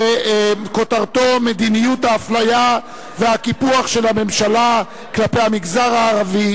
וכותרתו: מדיניות האפליה והקיפוח של הממשלה כלפי המגזר הערבי